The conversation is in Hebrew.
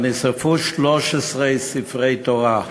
ונשרפו 13 ספרי תורה.